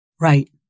Right